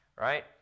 right